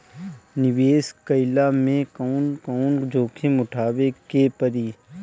निवेस कईला मे कउन कउन जोखिम उठावे के परि?